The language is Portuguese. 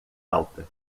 alta